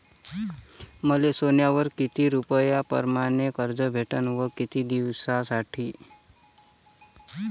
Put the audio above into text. मले सोन्यावर किती रुपया परमाने कर्ज भेटन व किती दिसासाठी?